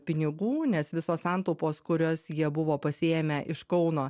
pinigų nes visos santaupos kurias jie buvo pasiėmę iš kauno